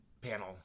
panel